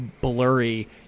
blurry